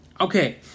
Okay